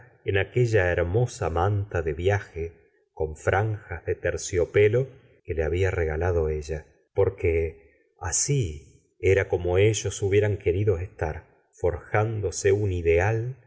en aquella hermosa manta de viaje con franjas de terciopelo que le había r egalado ella porque asl era como ellos hubieran querido estar forjándose un ideal